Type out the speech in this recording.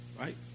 right